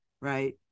right